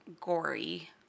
gory